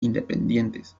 independientes